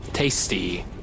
tasty